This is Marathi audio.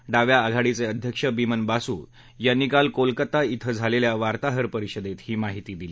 डाव्या आघाडीचे अध्यक्ष बिमन बासू यांनी काल कोलकता धिं झालेल्या वार्ताहर परिषदेत ही माहिती दिली